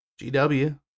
GW